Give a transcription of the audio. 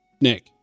Nick